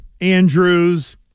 Andrews